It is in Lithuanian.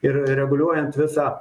ir reguliuojant visą